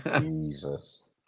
Jesus